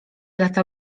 lata